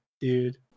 dude